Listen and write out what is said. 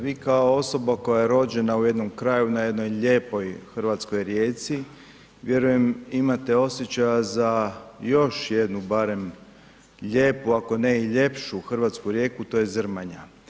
Vi kao osoba koja je rođena u jednom kraju na jednoj lijepoj hrvatskoj rijeci vjerujem imate osjećaja za još jednu barem lijepu ako ne i ljepšu hrvatsku rijeku to je Zrmanja.